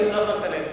אם לא שמת לב.